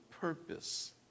purpose